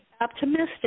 optimistic